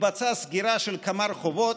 התבצעה סגירה של כמה רחובות.